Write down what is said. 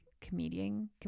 comedian